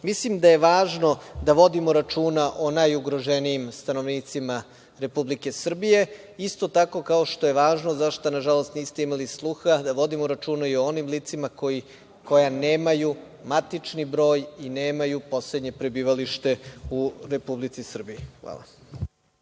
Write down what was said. da je važno da vodimo računa o najugroženijim stanovnicima Republike Srbije, isto tako kao što je važno, za šta, nažalost, niste imali sluha, da vodimo računa i o onim licima koja nemaju matični broj i nemaju poslednje prebivalište u Republici Srbiji. Hvala.